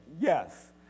Yes